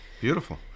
Beautiful